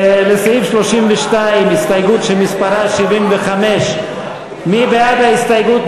לסעיף 32 הסתייגות מס' 75. מי בעד ההסתייגות,